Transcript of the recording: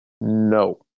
no